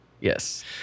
Yes